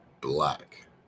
black